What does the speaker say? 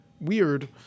weird